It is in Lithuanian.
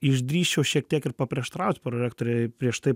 išdrįsčiau šiek tiek ir paprieštaraut prorektorei prieš tai